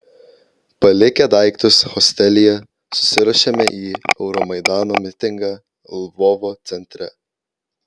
palikę daiktus hostelyje susiruošėme į euromaidano mitingą lvovo centre